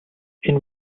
энэ